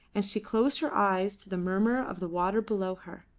and she closed her eyes to the murmur of the water below her,